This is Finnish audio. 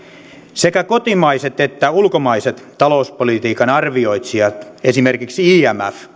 sekä kotimaiset että ulkomaiset talouspolitiikan arvioitsijat esimerkiksi imf